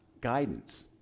guidance